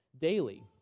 daily